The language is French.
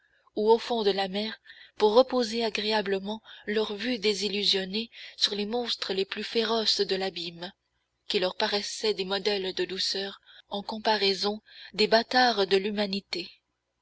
ou au fond de la mer pour reposer agréablement leur vue désillusionnée sur les monstres les plus féroces de l'abîme qui leur paraissaient des modèles de douceur en comparaison des bâtards de l'humanité